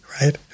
right